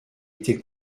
été